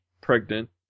pregnant